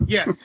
Yes